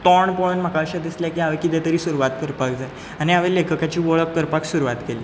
तोंड पळोवन म्हाका अशें दिसलें की हांवें कितें तरी सुरवात करपाक जाय आनी हांवें लेखकाची वळख करपाक सुरवात केली